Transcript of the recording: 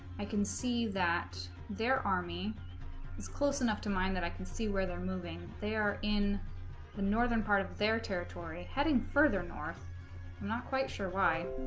i can see that their army is close enough to mind that i can see where they're moving they are in the northern part of their territory heading further north not quite sure why